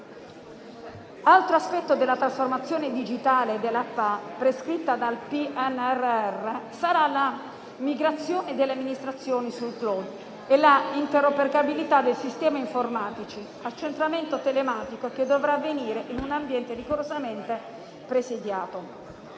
Altro aspetto della trasformazione digitale della pubblica amministrazione, prescritta dal PNRR, sarà la migrazione delle amministrazioni sul *cloud* e l'interoperabilità dei sistemi informatici, accentramento telematico che dovrà avvenire in un ambiente rigorosamente presidiato.